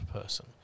person